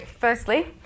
firstly